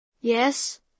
Yes